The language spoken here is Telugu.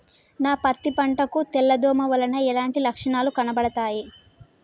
నా పత్తి పంట కు తెల్ల దోమ వలన ఎలాంటి లక్షణాలు కనబడుతాయి?